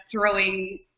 throwing